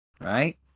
Right